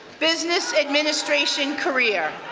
business administration career.